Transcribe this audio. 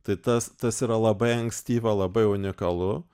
tai tas tas yra labai ankstyva labai unikalu